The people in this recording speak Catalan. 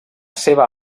seva